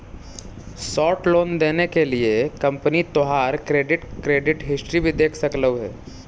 short loan देने के लिए कंपनी तोहार क्रेडिट क्रेडिट हिस्ट्री भी देख सकलउ हे